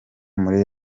muri